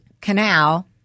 canal